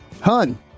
Hun